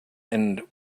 and